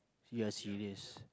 you are serious